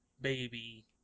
Baby